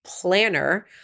planner